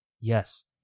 yes